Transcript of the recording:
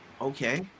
Okay